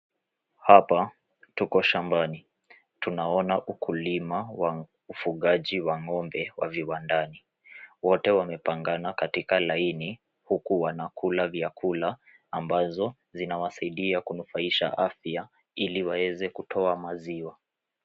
Hapa tuko shambani. Tunaona ukulima wa ufugaji wa ng'ombe wa viwandani. wote wamepangana katika laini huku wanakula vyakula ambazo zinawasaidia kuwanufaisha na afya ili waweze kutoa maziwa